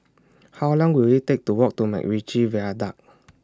How Long Will IT Take to Walk to Macritchie Viaduct